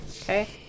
Okay